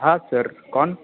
હા સર કોણ